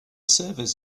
servers